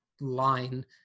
line